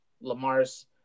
Lamar's